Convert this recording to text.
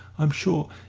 i'm sure,